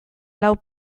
lau